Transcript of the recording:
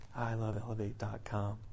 iloveelevate.com